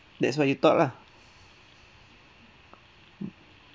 that's what you thought lah